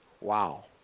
Wow